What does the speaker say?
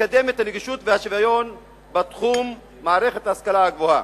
לקדם את הנגישות והשוויון בתחום מערכת השכלה גבוהה.